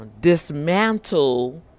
Dismantle